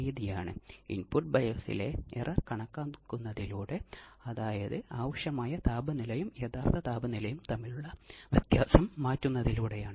അതിനാൽ സിനുസോയ്ഡൽ അല്ലെങ്കിൽ non sinusoidal അല്ലേ